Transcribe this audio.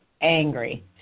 angry